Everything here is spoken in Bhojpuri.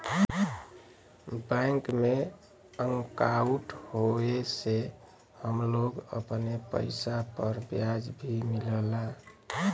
बैंक में अंकाउट होये से हम लोग अपने पइसा पर ब्याज भी मिलला